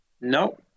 No